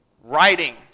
Writing